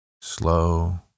Slow